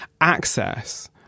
access